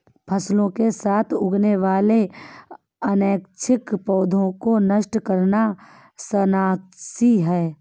फसलों के साथ उगने वाले अनैच्छिक पौधों को नष्ट करना शाकनाशी है